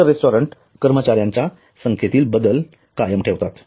इतर रेस्टॉरंट्स कर्मचाऱ्यांच्या संख्येतील बदल कायम ठेवतात